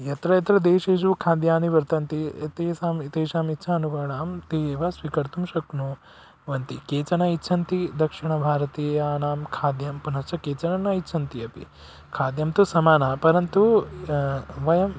यत्र यत्र देशेषु खाद्यानि वर्तन्ते तेषां तेषाम् इच्छानुगुणं ते एव स्वीकर्तुं शक्नुवन्ति केचन इच्छन्ति दक्षिणभारतीयानां खाद्यं पुनश्च केचन न इच्छन्ति अपि खाद्यन्तु समानः परन्तु वयम्